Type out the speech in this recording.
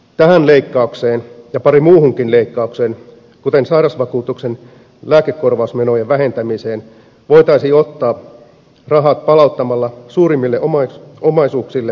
tähän leikkaukseen ja pariin muuhunkin leikkaukseen kuten sairausvakuutuksen lääkekorvausmenojen vähentämiseen voitaisiin ottaa rahat palauttamalla suurimmille omaisuuksille varallisuusvero